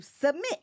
submit